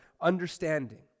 understanding